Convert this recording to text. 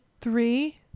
Three